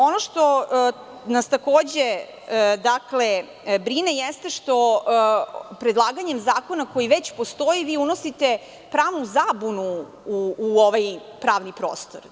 Ono što nas takođe brine jeste što predlaganjem zakona koji već postoji vi unosite pravu zabunu u ovaj pravni prostor.